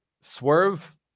swerve